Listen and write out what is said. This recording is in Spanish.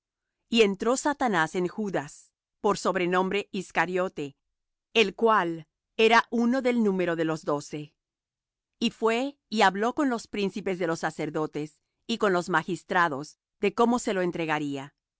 y entró satanás en judas por sobrenombre iscariote el cual era uno del número de los doce y fué y habló con los príncipes de los sacerdotes y con los magistrados de cómo se lo entregaría los